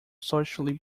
socially